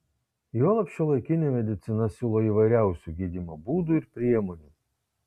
juolab šiuolaikinė medicina siūlo įvairiausių gydymo būdų ir priemonių